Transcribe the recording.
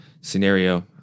scenario